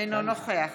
אינו נוכח